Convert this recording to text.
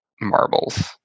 marbles